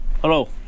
Hello